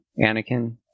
Anakin